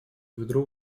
ведро